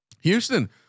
Houston